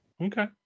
Okay